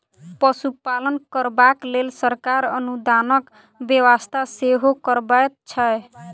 पशुपालन करबाक लेल सरकार अनुदानक व्यवस्था सेहो करबैत छै